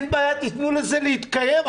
תיתנו לזה להתקיים,